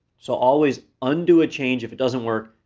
so always undo a change if it doesn't work,